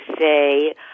say